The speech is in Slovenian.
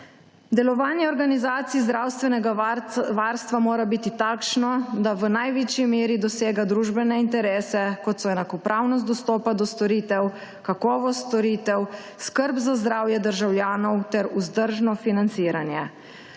Delovanje organizacij zdravstvenega varstva mora biti takšno, da v največji meri dosega družbene interese, kot so enakopravnost dostopa do storitev, kakovost storitev, skrb za zdravje državljanov ter vzdržano financiranje.